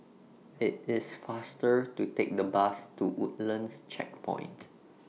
IT IS faster to Take The Bus to Woodlands Checkpoint